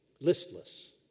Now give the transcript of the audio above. Listless